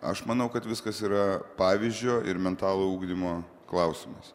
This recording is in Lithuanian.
aš manau kad viskas yra pavyzdžio ir mentalo ugdymo klausimas